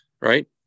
Right